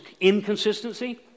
inconsistency